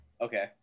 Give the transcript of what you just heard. Okay